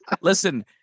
Listen